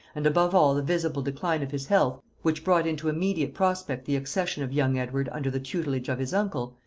and above all the visible decline of his health, which brought into immediate prospect the accession of young edward under the tutelage of his uncle,